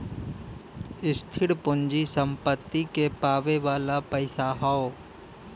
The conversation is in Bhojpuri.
स्थिर पूँजी सम्पत्ति के पावे वाला पइसा हौ